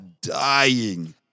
dying